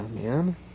man